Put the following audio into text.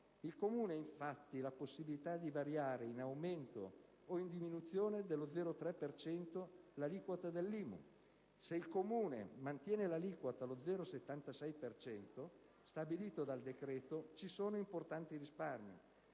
Il Comune ha infatti la possibilità di variare in aumento o in diminuzione dello 0,3 per cento l'aliquota dell'IMU. Se il Comune mantiene l'aliquota allo 0,76 per cento stabilito dal decreto ci sono importanti risparmi: